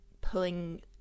pulling